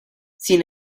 sin